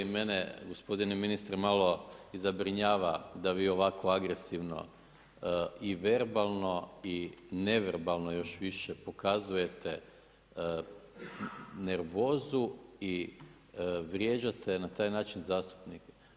Mene gospodine ministre i malo i zabrinjava da vi ovako agresivno i verbalno i neverbalno još više pokazujete nervozu i vrijeđate na taj način zastupnike.